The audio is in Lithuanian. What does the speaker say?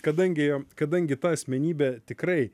kadangi kadangi ta asmenybė tikrai